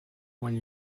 one